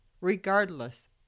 Regardless